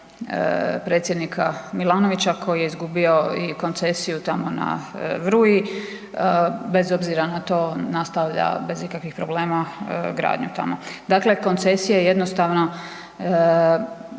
Predsjednika Milanovića koji je izgubio i koncesiju tamo na Vruji, bez obzira na to nastavlja bez ikakvih problema gradnju tamo. Dakle koncesije je jednostavno